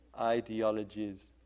ideologies